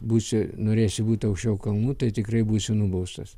būsi norėsi būt aukščiau kalnų tai tikrai būsi nubaustas